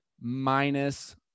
minus